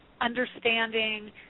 understanding